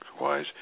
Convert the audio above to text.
wise